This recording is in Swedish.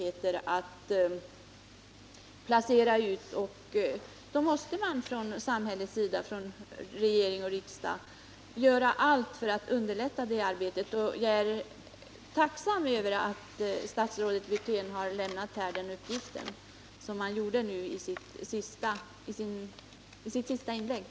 Under tiden har ungdomsarbetslösheten nått rekordnivåer. 1. Kommer proposition i frågan att föreläggas riksdagen under hösten 1978? 2. Kommer detta i så fall att ske i sådan tid att riksdagen kan slutföra sin sakprövning av förslagen före utgången av år 1978?